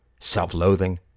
self-loathing